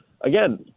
again